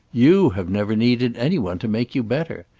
you have never needed any one to make you better.